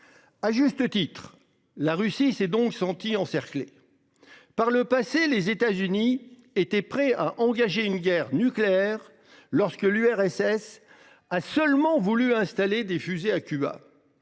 À juste titre. La Russie s'est donc senti encerclé. Par le passé. Les États-Unis étaient prêts à engager une guerre nucléaire lorsque l'URSS a seulement voulu installer des fusées à Cuba.